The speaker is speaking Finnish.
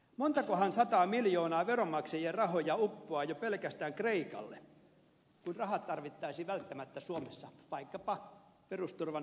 montakohan sataa miljoonaa veronmaksajien rahoja uppoaa jo pelkästään kreikalle kun rahat tarvittaisiin välttämättä suomessa vaikkapa perusturvan vahvistamiseen